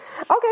Okay